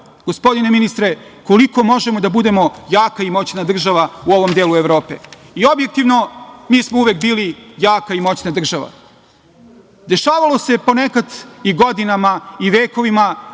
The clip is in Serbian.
gospodine ministre, koliko možemo da budemo jaka i moćna država u ovom delu Evrope. Objektivno, mi smo uvek bili jaka i moćna država. Dešavalo se ponekad i godinama i vekovima